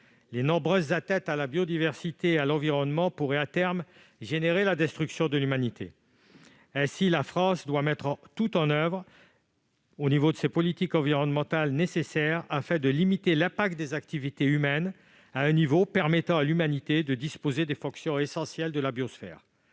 Les nombreuses atteintes à la biodiversité et à l'environnement pourraient à terme provoquer la destruction de l'humanité. Ainsi, la France doit mettre en oeuvre toutes les politiques environnementales nécessaires pour limiter l'impact des activités humaines à un niveau permettant à l'humanité de disposer des fonctions essentielles de la biosphère.